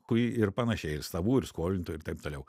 kui ir panašiai ir savų ir skolintų ir taip toliau